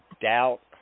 doubt